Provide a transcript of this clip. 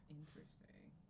Interesting